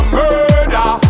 murder